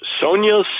Sonia